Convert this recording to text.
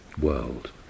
world